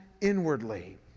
inwardly